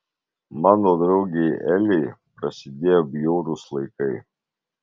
mano draugei elei prasidėjo bjaurūs laikai